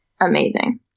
amazing